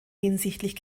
hinsichtlich